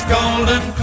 Golden